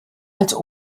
als